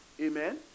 Amen